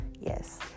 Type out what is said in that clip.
Yes